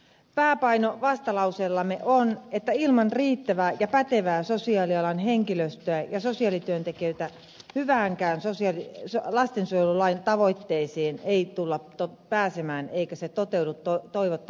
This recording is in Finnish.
pääpaino vastalauseessamme on siinä että ilman riittävää ja pätevää sosiaalialan henkilöstöä ja sosiaalityöntekijöitä hyvänkään lastensuojelulain tavoitteisiin ei tulla pääsemään eikä se toteudu toivottavalla tavalla